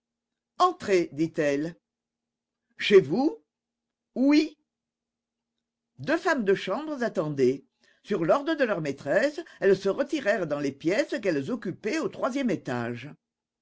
entrez dit-elle chez vous oui deux femmes de chambre attendaient sur l'ordre de leur maîtresse elles se retirèrent dans les pièces qu'elles occupaient au troisième étage